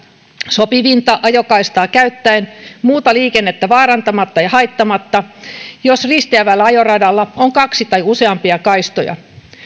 sopivinta ajokaistaa käyttäen muuta liikennettä vaarantamatta ja haittaamatta jos risteävällä ajoradalla on kaksi tai useampia kaistoja